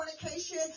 fornication